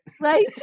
Right